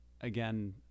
again